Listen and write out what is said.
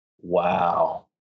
Wow